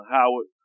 Howard